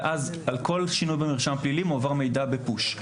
ואז על כל שינוי במרשם הפלילי מועבר מידע בפוש.